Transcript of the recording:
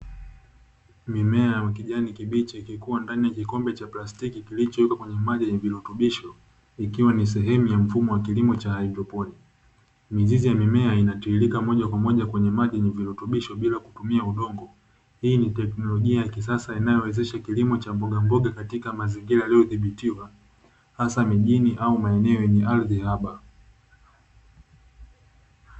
Mimea ya kijani kibichi ikikua ndani ya kikombe cha plastiki kilichowekwa kwenye maji yenye virutubisho ikiwa ni sehemu ya kilimo cha mfumo hayidroponi mizizi ya mimea inatiririka moja kwa moja kwenye maji yenye virutubisho bila kutumia udongo hii ni tekinolojia ya kiasasa inayowezesha kilimo cha mbogamboga katika mazingira yaliyozibitiwa hasa mijini au maeneo yenye ardhi haba.